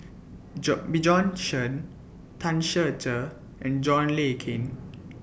Joe Bjorn Shen Tan Ser Cher and John Le Cain